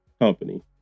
company